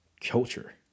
culture